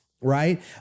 right